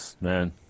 man